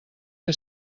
que